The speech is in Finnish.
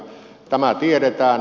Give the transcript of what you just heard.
tämä tiedetään